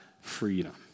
freedom